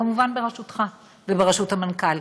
כמובן בראשותך ובראשות המנכ"ל.